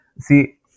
see